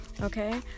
okay